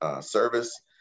service